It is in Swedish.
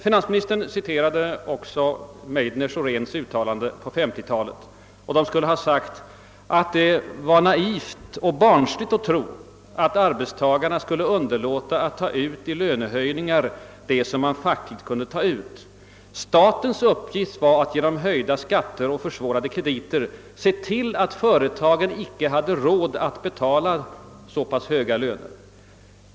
Finansministern citerade också Meidners och Rehns uttalande på 50-talet, om att det var naivt och barnsligt att tro att arbetstagarna skulle underlåta att ta ut i lönehöjningar det som fackligt kunde tas ut. Statens uppgift skulle därför vara att genom höjda skatter och försvårade krediter se till att företagen icke hade råd att betala så pass höga löner.